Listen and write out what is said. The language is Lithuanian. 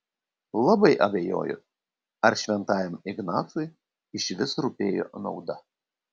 labai abejoju ar šventajam ignacui išvis rūpėjo nauda